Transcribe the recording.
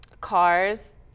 Cars